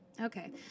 okay